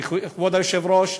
כבוד היושב-ראש,